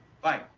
bye